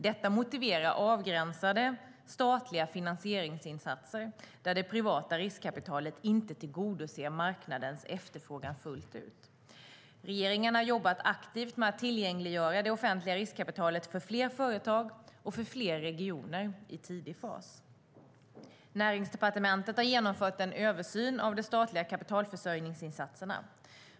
Detta motiverar avgränsade statliga finansieringsinsatser där det privata riskkapitalet inte tillgodoser marknadens efterfrågan fullt ut. Regeringen har jobbat aktivt med att tillgängliggöra det offentliga riskkapitalet för fler företag och för fler regioner i tidiga faser. Näringsdepartementet har genomfört en översyn av de statliga kapitalförsörjningsinsatserna.